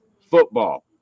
football